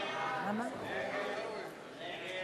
ההצעה להסיר מסדר-היום